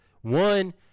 one